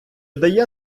дає